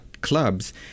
clubs